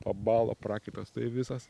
pabalo prakaitas taip visas